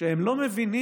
שהם לא מבינים